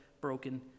broken